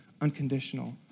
unconditional